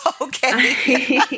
Okay